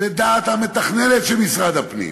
ודעת המתכננת של משרד הפנים,